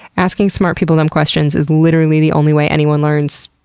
asking smart people dumb questions is literally the only way anyone learns,